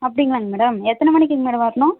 அப்படிங்களா மேடம் எத்தனை மணிக்குங்க மேடம் வரணும்